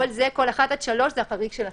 כל (1) עד (3) זה החריג של הטלפון.